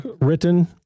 written